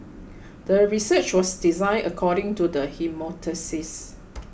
the research was designed according to the hypothesis